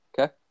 Okay